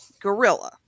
gorilla